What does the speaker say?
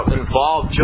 involved